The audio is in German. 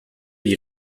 die